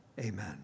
Amen